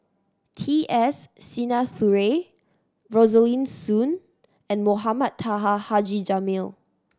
T S Sinnathuray Rosaline Soon and Mohamed Taha Haji Jamil